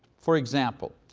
for example,